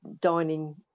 dining